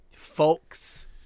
Folks